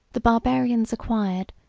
the barbarians acquired,